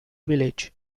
village